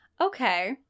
Okay